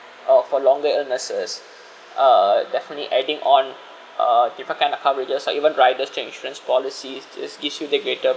or for longer illnesses uh definitely adding on a different kind of coverages or even riders chain insurance policies just gives you the greater